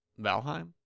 Valheim